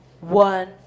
one